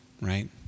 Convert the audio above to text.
right